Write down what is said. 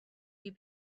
you